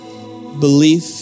belief